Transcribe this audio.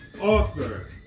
author